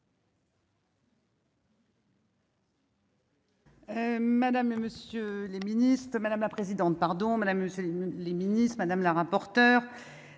Madame la présidente, madame la rapporteure,